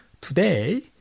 Today